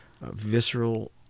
visceral